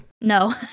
no